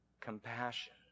compassion